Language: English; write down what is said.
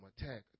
attack